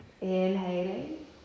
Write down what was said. Inhaling